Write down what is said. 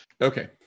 Okay